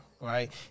right